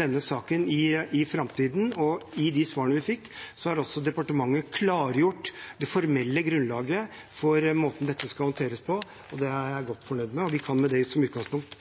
denne saken i framtiden. I svarene vi fikk, har departementet også klargjort det formelle grunnlaget for måten dette skal håndteres på. Det er jeg godt fornøyd med, og vi kan med det som utgangspunkt